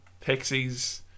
Pixies